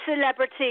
Celebrity